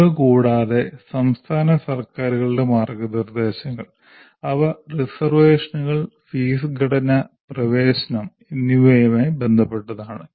ഇവ കൂടാതെ സംസ്ഥാന സർക്കാരുകളുടെ മാർഗ്ഗനിർദ്ദേശങ്ങൾ അവ റിസർവേഷനുകൾ ഫീസ് ഘടന പ്രവേശനം എന്നിവയുമായി ബന്ധപ്പെട്ടതാണ്